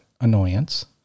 annoyance